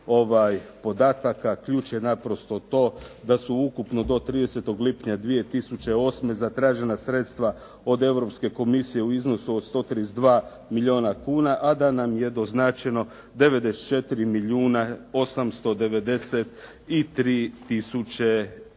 financijskih podataka. Ključ je naprosto to da su ukupno do 30. lipnja 2008. zatražena sredstva od Europske komisije u iznosu od 132 milijuna kuna, a da nam je doznačeno 94 milijuna 893 tisuće eura.